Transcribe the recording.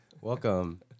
Welcome